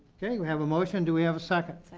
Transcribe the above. ok, we have a motion, do we have a second?